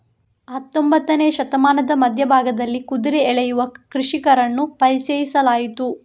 ಹತ್ತೊಂಬತ್ತನೇ ಶತಮಾನದ ಮಧ್ಯ ಭಾಗದಲ್ಲಿ ಕುದುರೆ ಎಳೆಯುವ ಕೃಷಿಕರನ್ನು ಪರಿಚಯಿಸಲಾಯಿತು